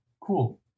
Cool